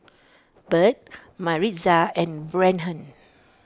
Burt Maritza and Brennen